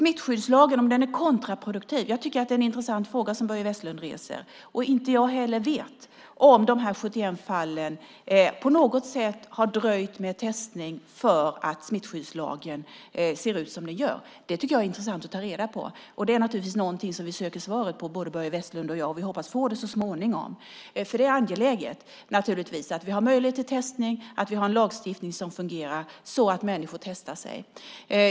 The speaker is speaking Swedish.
Det är en intressant fråga som Börje Vestlund reser om smittskyddslagen är kontraproduktiv. Inte heller jag vet om man i de 71 fallen på något sätt har dröjt med testning för att smittskyddslagen ser ut som den gör. Det är intressant att ta reda på. Det är någonting som vi söker svaret på både Börje Vestlund och jag. Vi hoppas få det så småningom. Det är angeläget att vi har möjlighet till testning och en lagstiftning som fungerar så att människor testar sig.